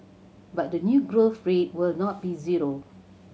but the new growth rate will not be zero